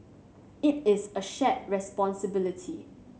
it is a shared responsibility